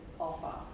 offer